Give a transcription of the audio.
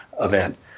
event